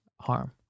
harm